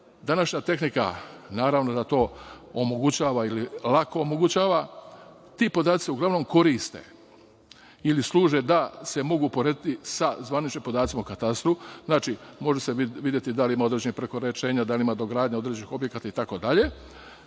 Današnja tehnika naravno da to omogućava ili lako omogućava. Ti podaci se uglavnom koriste ili služe da se mogu porediti sa zvaničnim podacima u katastru. Znači, može se videti da li ima određenih prekoračenja, da li ima dogradnja određenih objekata itd.